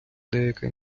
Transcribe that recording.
деяка